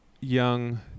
young